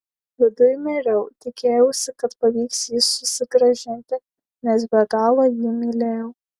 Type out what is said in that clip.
viduj miriau tikėjausi kad pavyks jį susigrąžinti nes be galo jį mylėjau